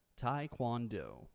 Taekwondo